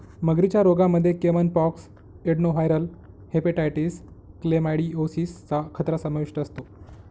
मगरींच्या रोगांमध्ये caiman pox, adenoviral hepatitis, chlamydiosis चा खतरा समाविष्ट असतो